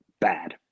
bad